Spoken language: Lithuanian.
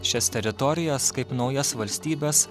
šias teritorijas kaip naujas valstybes